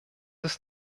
ist